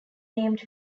named